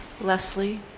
Leslie